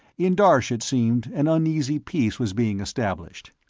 in darsh, it seemed, an uneasy peace was being established.